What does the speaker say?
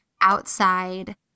outside